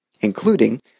including